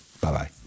Bye-bye